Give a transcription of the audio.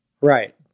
Right